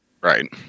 Right